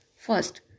First